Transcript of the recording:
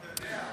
אתה יודע,